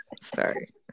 sorry